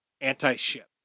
anti-ship